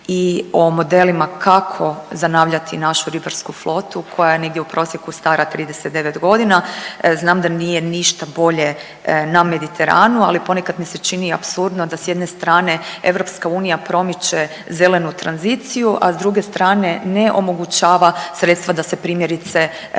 i o modelima kako zanavljati našu ribarsku flotu koja je negdje u prosjeku stara 39 godina. Znam da nije ništa bolje na Mediteranu, ali ponekad mi se čini apsurdno da s jedne strane EU promiče zelenu tranziciju, a s druge strane ne omogućava sredstva da se primjerice ribarima